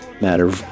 Matter